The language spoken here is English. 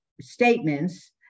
statements